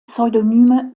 pseudonyme